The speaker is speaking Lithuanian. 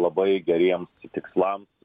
labai geriems tikslams